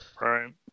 Right